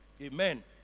Amen